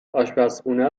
آشپرخونه